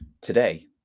today